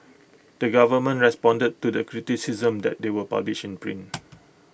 the government responded to the criticisms that they were published in print